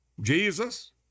Jesus